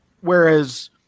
Whereas